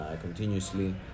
continuously